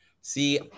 See